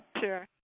sure